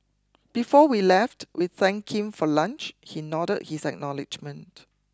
before we left we thanked him for lunch he nodded his acknowledgement